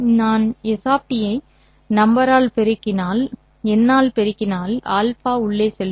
நான் s ஐ number ஆல் பெருக்கினால் α உள்ளே செல்லும்